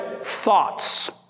thoughts